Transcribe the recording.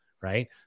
right